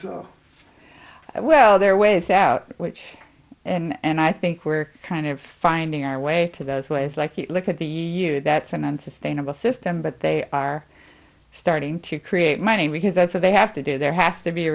think well there are ways out which and i think we're kind of finding our way to those ways like you look at the year that's an unsustainable system but they are starting to create money because that's where they have to do there has to be